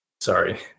sorry